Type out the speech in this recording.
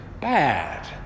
bad